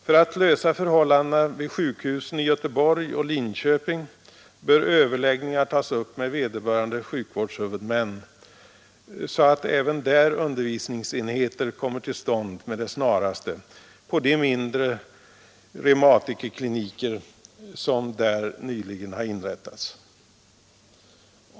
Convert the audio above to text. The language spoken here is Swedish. För att ordna förhållandena vid sjukhusen i Göteborg och Linköping bör överläggningar tas upp med vederbörande sjukvårdshuvudmän, så att även där undervisningsenheter kommer till stånd med det snaraste på de mindre reumatikerkliniker som nyligen har inrättats.